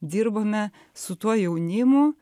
dirbame su tuo jaunimu